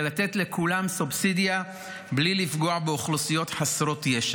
לתת לכולם סובסידיה בלי לפגוע באוכלוסיות חסרות ישע?